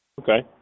Okay